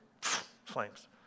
Flames